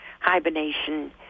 hibernation